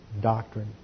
doctrine